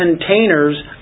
containers